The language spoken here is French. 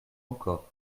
encore